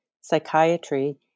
psychiatry